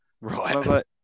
Right